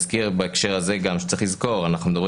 בהקשר הזה גם שצריך לזכור שאנחנו מדברים